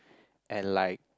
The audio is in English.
and like